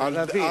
צריך להבין,